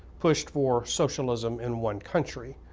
pushed for socialism in one country,